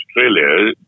Australia